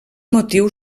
motiu